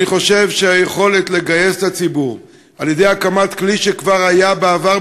אני חושב שהיכולת לגייס את הציבור על-ידי הקמת כלי שכבר היה בעבר,